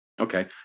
Okay